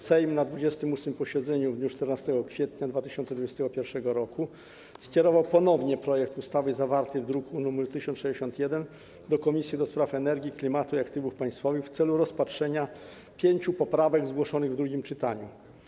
Sejm na 28. posiedzeniu w dniu 14 kwietnia 2021 r. skierował ponownie projekt ustawy zawarty w druku nr 1061 do Komisji do Spraw Energii, Klimatu i Aktywów Państwowych w celu rozpatrzenia pięciu poprawek zgłoszonych w drugim czytaniu.